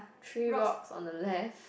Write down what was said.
three rocks on the left